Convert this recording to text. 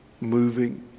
moving